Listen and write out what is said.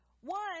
One